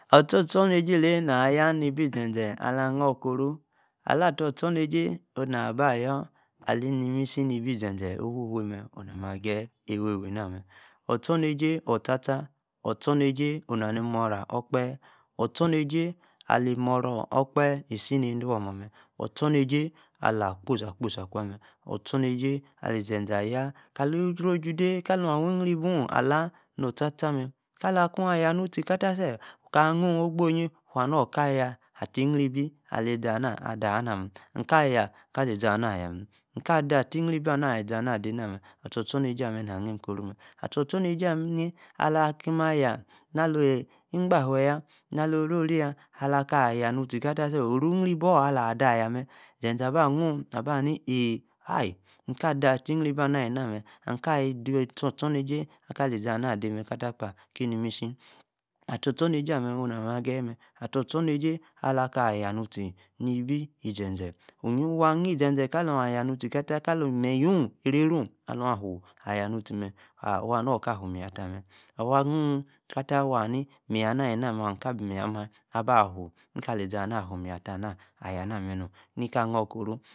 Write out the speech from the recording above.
Asa- ostonne sie ile, na-yao, ni-bi zezee, ala-noor-koro, ala- tor- ostornejie, ow naa-ba ayor, ali-nimisi-nibi-izeze, iwho-wey mmee. onnu nam-ma ageyi, eweywey, nam-mme ostornejie, oh-tar-tar, ostor néjie ooh na-ni moraa, okpehe, ostonejie ali- moraa okpehe- isi, nanede, wor- mmaa- mme, ostornejie, ala- akposi- kposi, akwaa mmee ostornesie, ali-ze-zee, ayaa, kali- oro- osu- de, ka- liaa awi- iyii- boow, alaah, otar- tar mmee, ka- la kwa, aya nu- tie, ka- taa, self, aka, nnu, ogbo- oh- yi, wa- haa, nor-ka- yaah, atti-iyri- bi ali- izanah, ade- aa, nammee, nn- ka aya. ka- li- izana, ayaah-na mme, nn-ka ade attie-iyri-bi anaa, ali-izana ade namme, atter, ostormesie ammee anim- koro mme, attor- ostornejie amme, ala-kik ayah, ali- igbaa-fue, laa-lo-rori-ya, alaka-aya nu-tie, kata- self, oru, iyri- boor, ala- ada- ya, mme, zezee aba nnu, na- ba- ha- ni aay, yihee, nn-ka ade, attié íyrí- bi ana, alí- na mme, nn-ka-de ra, ostornejie, kali- izana de mme katali-kpa kim, nimisi, attor ostornejie mme onno, na me ageyi mme, attor- ostornejie, aka- aya-nu tie, ni-ibi-izezee, waa, nne- zezee, kaloon aya- nnu- tie katah, kaloon, meryor, aray-ruu, aluu afuu, aya u nnu- tie mme, ah, waha- nu- ka afuu- meryin- ta- mme, awor, annuu ka-tah, waa, haa-ni meryin-ana-ali-na mme, aba, afuu, kali- izana, afuu meryin- ata- na, ayaa- na mme numm- ni-ka, na-koro.